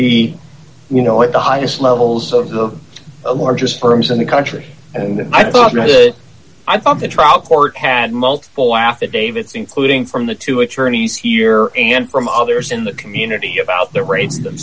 be you know at the highest levels of d the largest firms in the country and i thought i thought the trial court had multiple affidavits including from the two attorneys here and from others in the community about the ra